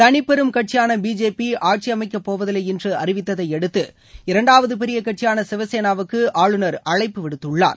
தளிப்பெரும் கட்சியான பிஜேபி ஆட்சியமைக்கப் போவதில்லை என்று அறிவித்ததை அடுத்து இரண்டாவது பெரிய கட்சியான சிவசேனாவுக்கு ஆளுநர் அழைப்பு விடுத்துள்ளார்